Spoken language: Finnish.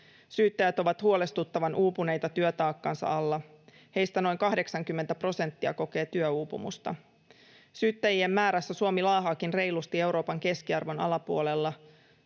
Syyttäjät ovat huolestuttavan uupuneita työtaakkansa alla, heistä noin 80 prosenttia kokee työuupumusta. Syyttäjien määrässä Suomi laahaakin reilusti Euroopan keskiarvon alapuolella.